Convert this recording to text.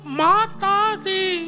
matadi